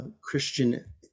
Christian